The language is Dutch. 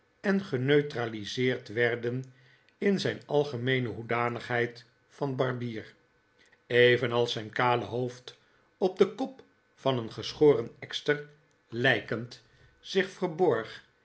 en geneutraliseerd werden in zijn algemeene hoedanigheid van barbier evenals zijn kale hoofd op den kop van een geschoren ekster lijkend zich verborg